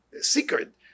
secret